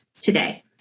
today